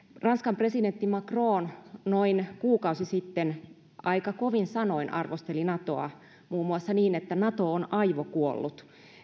ranskan presidentti macron nimittäin arvosteli noin kuukausi sitten aika kovin sanoin natoa muun muassa niin että nato on aivokuollut